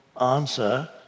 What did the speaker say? answer